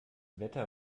wetter